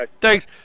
Thanks